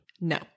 No